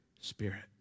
spirit